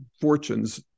fortunes